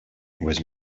was